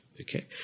okay